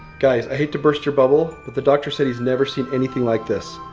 guys, i hate to burst your bubble, but the doctor said he's never seen anything like this.